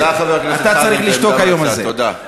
תודה.